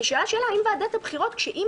נשאלה שאלה: האם ועדת הבחירות כשהיא